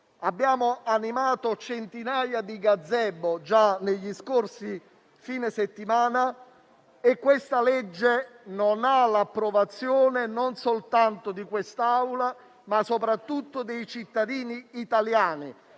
Abbiamo animato centinaia di gazebo già negli scorsi fine settimana e questa legge non ha l'approvazione non soltanto di quest'Aula, ma soprattutto dei cittadini italiani,